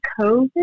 COVID